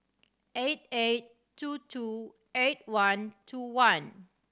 eight eight two two eight one two one